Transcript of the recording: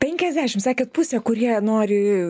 penkiasdešimt sakėt pusė kurie nori